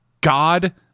God